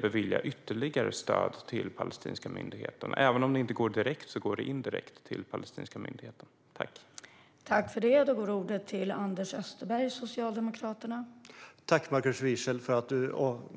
bevilja ytterligare stöd till palestinska myndigheten? Även om stödet inte går direkt till palestinska myndigheten går det indirekt dit.